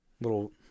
little